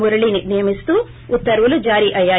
మురళీని నియమిస్తూ ఉత్తర్యులు జారీ అయ్యాయి